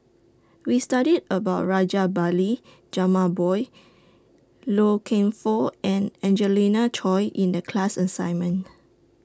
We studied about Rajabali Jumabhoy Loy Keng Foo and Angelina Choy in The class assignment